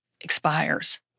expires